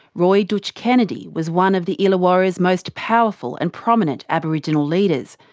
roy dootch kennedy was one of the illawarra's most powerful and prominent aboriginal leaders.